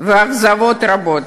ואכזבות רבות.